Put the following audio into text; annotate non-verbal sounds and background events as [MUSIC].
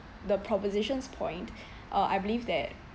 the proposition's point [BREATH] uh I believe that